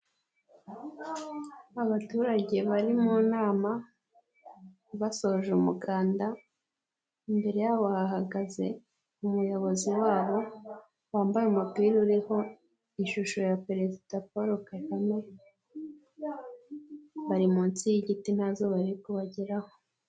Abaturage bari mu nama basoje umuganda. Imbere yabo hahagaze umuyobozi wabo, wambaye umupira uriho ishusho ya Perezida Paul Kagame. Bari munsi y'igiti ntazuba riri kubageraho.